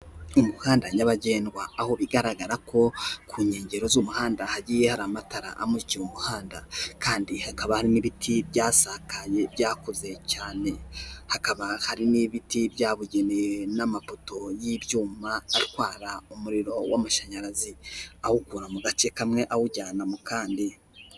Umuhanda nyabagendwa aho bigaragara ko ku nkengero z'umuhanda hagiye hari amatara amukira umuhanda. Kandi hakaba hari n'ibiti byasakaye byakuze cyane. Hakaba hari n'ibiti byabugenewe n'amapoto y'ibyuma, atwara umuriro w'amashanyarazi. Awukura mu gace kamwe, awujyana mu kandi.